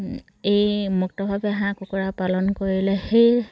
এই মুক্তভাৱে হাঁহ কুকুৰা পালন কৰিলে সেই